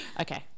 Okay